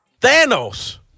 thanos